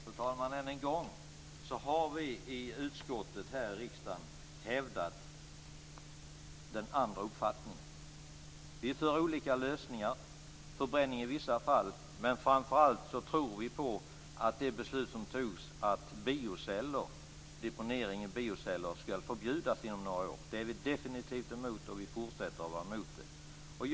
Fru talman! Än en gång har vi i utskottet hävdat den andra uppfattningen. Vi är för olika lösningar - förbränning i vissa fall. Men det beslut som fattades om att deponering i bioceller ska förbjudas inom några år är vi definitivt emot, och vi fortsätter att vara emot det.